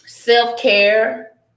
self-care